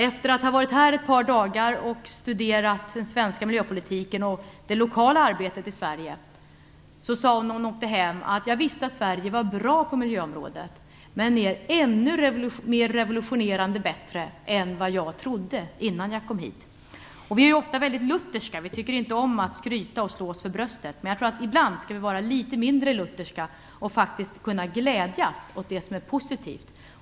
Efter att ha varit här ett par dagar och studerat den svenska miljöpolitiken och det lokala arbetet i Sverige sade hon när hon åkte hem: Jag visste att Sverige var bra på miljöområdet, men ni är ännu mer revolutionerande och bättre än vad jag trodde innan jag kom hit. Vi är ofta väldigt lutherska - vi tycker inte om att skryta och slå oss för bröstet, men jag tror att vi ibland skall vara litet mindre lutherska och faktiskt kunna glädjas åt det som är positivt.